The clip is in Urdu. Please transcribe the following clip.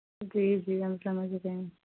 جی جی ہم سمجھ رہے ہیں